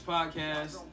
Podcast